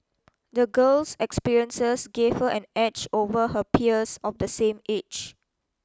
the girl's experiences gave her an edge over her peers of the same age